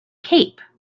cape